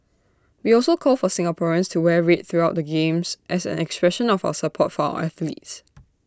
we also call for Singaporeans to wear red throughout the games as an expression of support for our athletes